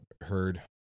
heard